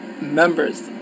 members